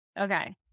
Okay